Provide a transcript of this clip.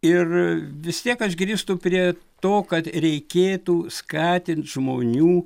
ir vis tiek aš grįžtu prie to kad reikėtų skatint žmonių